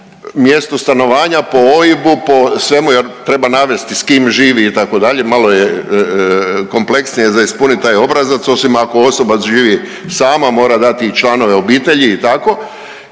mjestu stanovanja, po OIB-u po svemu jer treba navesti s kim živi itd. malo je kompleksnije za ispunit taj obrazac osim ako osoba živi sama mora dati i članove obitelji i tako